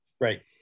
right